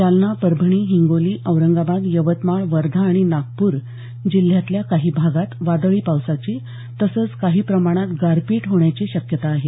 जालना परभणी हिंगोली औरंगाबाद यवतमाळ वर्धा आणि नागपूर जिल्ह्यातल्या काही भागात वादळी पावसाची तसंच काही प्रमाणात गारपीट होण्याची शक्यता आहे